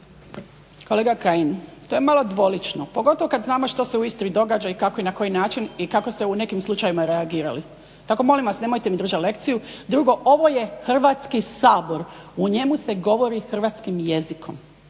Kolega Kajin, to je malo dvolično pogotovo kad znamo što se u Istri događa i kako i na koji način i kako ste u nekim slučajevima reagirali. Tako molim vas, nemojte mi držat lekciju. Drugo, ovo je Hrvatski sabor, u njemu se govori hrvatskim jezikom,